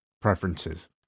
preferences